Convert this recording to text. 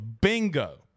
Bingo